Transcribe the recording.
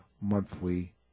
monthly